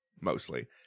mostly